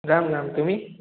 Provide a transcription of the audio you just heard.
যাম যাম তুমি